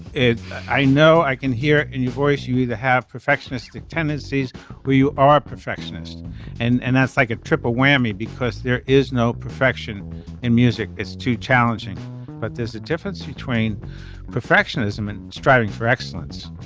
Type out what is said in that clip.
i know i can hear in your voice you either have perfectionistic tendencies where you are a perfectionist and and that's like a triple whammy because there is no perfection in music. it's too challenging but there's a difference between perfectionism and striving for excellence.